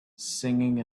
singing